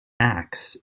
axe